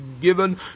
given